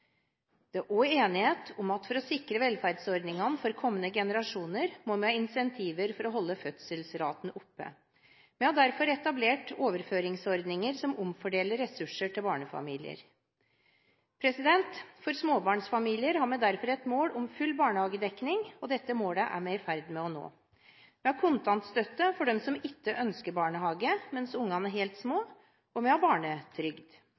Det er også enighet om at for å sikre velferdsordningene for kommende generasjoner må vi ha insentiver for å holde fødselsraten oppe. Vi har derfor etablert overføringsordninger som omfordeler ressurser til barnefamilier. For småbarnsfamilier har vi derfor et mål om full barnehagedekning. Dette målet er vi i ferd med å nå. Vi har kontantstøtte for dem som ikke ønsker barnehage mens ungene er helt små, og vi har barnetrygd.